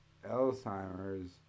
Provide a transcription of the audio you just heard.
Alzheimer's